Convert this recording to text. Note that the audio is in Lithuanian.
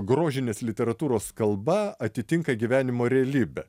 grožinės literatūros kalba atitinka gyvenimo realybę